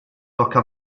tocca